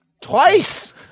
Twice